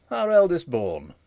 our eldest-born,